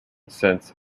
since